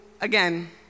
again